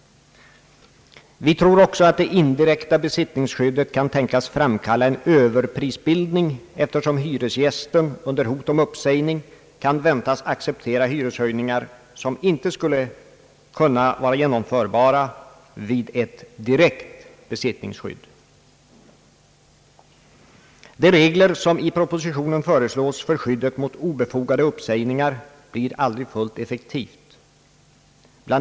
Vi tror också att det indirekta besittningsskyddet kan tänkas framkalla en överprisbildning eftersom hyresgästen under hot om uppsägning kan väntas acceptera hyreshöjningar som inte skulle vara genomförbara vid ett direkt besittningsskydd. De regler som i propositionen föreslås för skydd mot obefogade uppsägningar blir aldrig fullt effektiva. Bl.